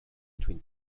between